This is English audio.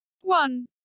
One